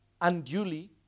unduly